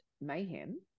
Mayhem